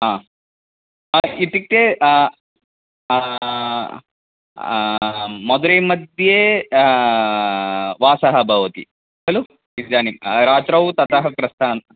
हा हा इत्युक्ते मधुरै मध्ये वासः भवति खलु इदानीं रात्रौ ततः प्रस्थानं